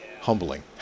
humbling